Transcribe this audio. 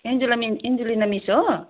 Anjula ma'am Angelina miss हो